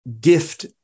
gift